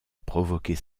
provoquer